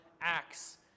acts